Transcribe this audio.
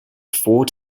four